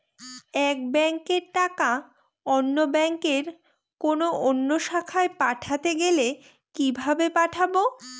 এক ব্যাংকের টাকা অন্য ব্যাংকের কোন অন্য শাখায় পাঠাতে গেলে কিভাবে পাঠাবো?